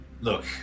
Look